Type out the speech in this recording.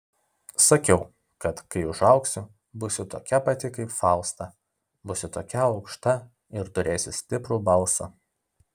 sakiau kad kai užaugsiu būsiu tokia pati kaip fausta būsiu tokia aukšta ir turėsiu stiprų balsą